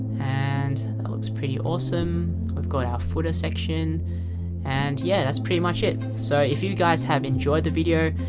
and it looks pretty awesome we've got our footer section and, yeah, that's pretty much it so if you guys have enjoyed the video,